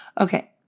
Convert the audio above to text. Okay